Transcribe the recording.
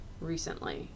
recently